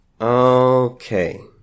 Okay